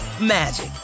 magic